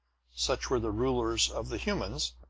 such were the rulers of the humans,